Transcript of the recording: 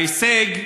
ההישג,